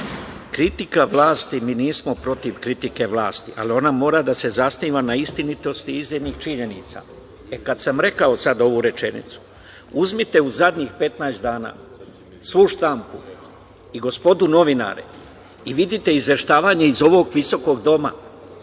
kritika vlasti, mi nismo protiv kritike vlasti, ali ona mora da se zasniva na istinitosti iznetih činjenica. E, kad sam rekao sad ovu rečenicu, uzmite u zadnjih 15 dana svu štampu i gospodu novinare i vidite izveštavanje iz ovog visokog doma